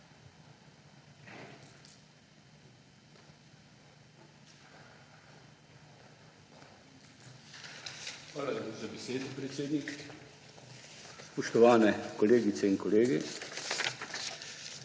Hvala za besedo, predsednik. Spoštovani kolegice in kolegi!